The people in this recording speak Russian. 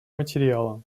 материала